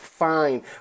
fine